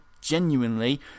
genuinely